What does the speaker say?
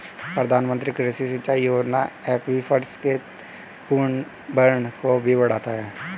प्रधानमंत्री कृषि सिंचाई योजना एक्वीफर्स के पुनर्भरण को भी बढ़ाता है